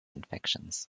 infections